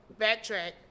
backtrack